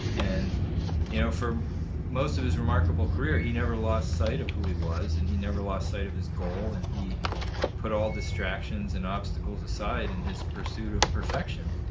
and you know for most of his remarkable career, he never lost sight of who he was and he never lost sight of his goal, and he put all distractions and obstacles aside in his pursuit of perfection.